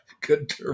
good